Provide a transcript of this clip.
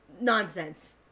nonsense